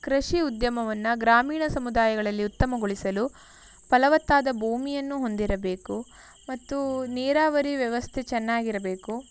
ಕೃಷಿ ಉದ್ಯಮವನ್ನು ಗ್ರಾಮೀಣ ಸಮುದಾಯಗಳಲ್ಲಿ ಉತ್ತಮಗೊಳಿಸಲು ಫಲವತ್ತಾದ ಭೂಮಿಯನ್ನು ಹೊಂದಿರಬೇಕು ಮತ್ತು ನೀರಾವರಿ ವ್ಯವಸ್ಥೆ ಚೆನ್ನಾಗಿರಬೇಕು